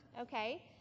okay